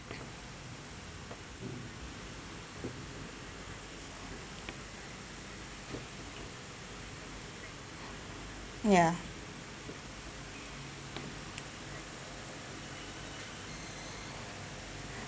ya